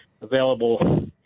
available